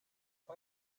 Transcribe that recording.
why